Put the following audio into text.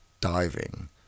diving